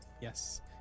Yes